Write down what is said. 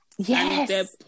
Yes